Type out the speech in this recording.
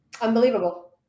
Unbelievable